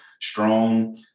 strong